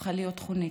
הפכה לחונקת.